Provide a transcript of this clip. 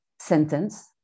sentence